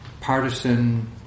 partisan